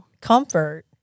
comfort